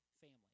family